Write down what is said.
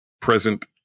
present